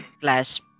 class